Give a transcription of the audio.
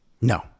No